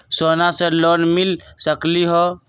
सोना से लोन मिल सकलई ह?